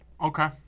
okay